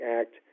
act